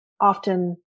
often